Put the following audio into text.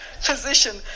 physician